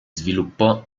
sviluppò